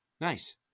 Nice